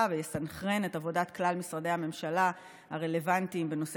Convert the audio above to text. ויסנכרן את עבודת כלל משרדי הממשלה הרלוונטיים בנושא